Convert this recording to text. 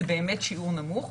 זה באמת שיעור נמוך.